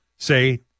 say